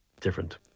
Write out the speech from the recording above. different